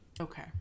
Okay